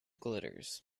glitters